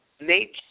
nature